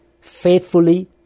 faithfully